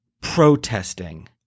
protesting